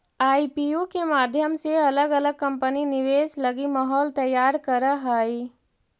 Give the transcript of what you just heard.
IPO के माध्यम से अलग अलग कंपनि निवेश लगी माहौल तैयार करऽ हई